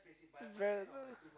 very little